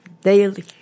daily